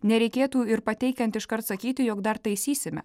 nereikėtų ir pateikiant iškart sakyti jog dar taisysime